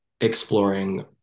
exploring